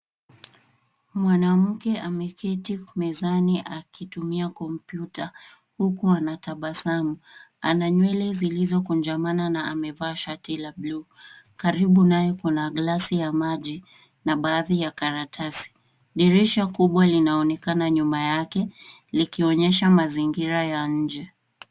Mwanamke ameketi mezani akitumia kompyuta huku anatabasamu. Ana nywele zilizokunjamana huku amevaaa shati la bluu. Karibu naye kuna glasi ya maji na baadhi ya karatasi. Dirisha kubwa linaonekana nyuma yake likionyesha mazingira ya mji.